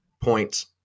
points